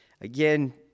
Again